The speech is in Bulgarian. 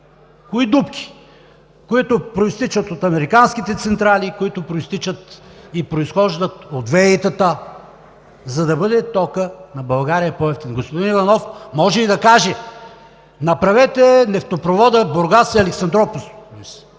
Кои дупки? Които произтичат от американските централи, които произтичат и произхождат от ВЕИ-тата, за да бъде токът на България по-евтин. Господин Иванов може да каже: направете нефтопровода Бургас – Александруполис,